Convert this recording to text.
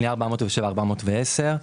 פנייה 407 עד 410,